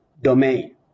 domain